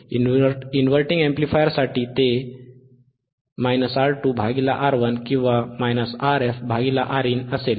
inverting अॅम्प्लीफायरसाठी ते R2R1 किंवा RfRin असेल